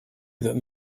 that